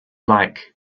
like